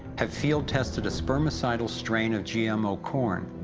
have field tested a spermicidal strain of gmo corn,